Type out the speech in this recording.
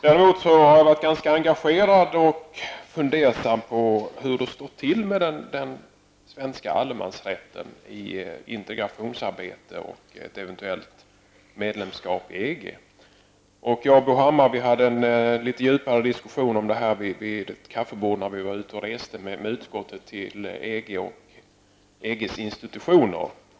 Däremot har jag varit ganska engagerad och funderat på hur det går med den svenska allemansrätten i integrationsarbetet och vid ett eventuellt medlemskap i EG. Bo Hammar och jag hade en litet djupare diskussion om detta vid ett kaffebord, när vi var ute och reste med utskottet till EG och EGs institutioner.